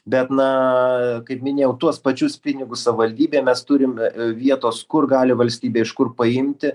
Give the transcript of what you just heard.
bet na kaip minėjau tuos pačius pinigus savivaldybėm mes turim vietos kur gali valstybė iš kur paimti